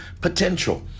potential